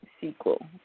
sequel